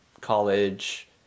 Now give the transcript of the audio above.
college